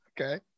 Okay